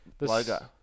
logo